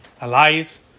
Elias